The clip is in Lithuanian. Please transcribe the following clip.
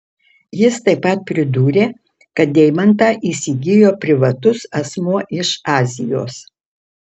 jis taip pat pridūrė kad deimantą įsigijo privatus asmuo iš azijos